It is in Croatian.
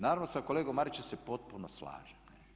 Naravno sa kolegom Marićem se potpuno slažem.